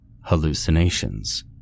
hallucinations